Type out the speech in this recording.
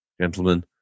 Gentlemen